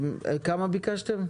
כרמה ביקשתם?